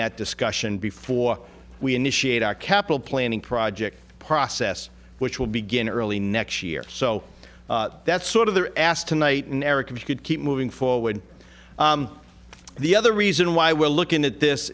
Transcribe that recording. that discussion before we initiate our capital planning project process which will begin early next year so that's sort of their ass tonight and eric if you could keep moving forward the other reason why we're looking at this